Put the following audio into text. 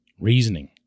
reasoning